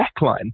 backline